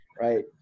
Right